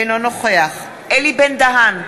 אינו נוכח אלי בן-דהן,